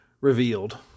revealed